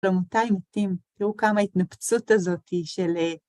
איזה יום יפה היום